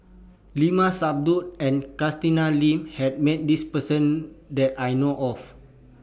Limat Sabtu and Catherine Lim had Met This Person that I know of